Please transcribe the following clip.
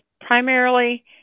primarily